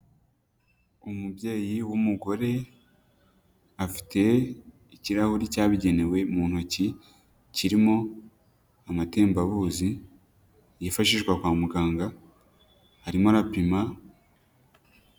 Umubyeyi w'umugore, afite ikirahuri cyabigenewe mu ntoki kirimo amatembabuzi yifashishwa kwa muganga arimo arapima.